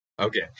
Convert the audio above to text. Okay